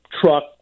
truck